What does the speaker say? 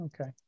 okay